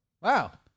Wow